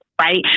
right